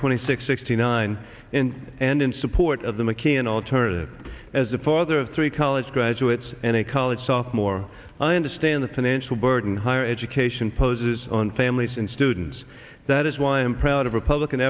twenty six sixty nine in and in support of the mccain alternative as a father of three college graduates and a college sophomore and i understand the financial burden higher education poses on families and students that is why i'm proud of republican